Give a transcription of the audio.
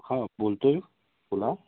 हा बोलतो आहे बोला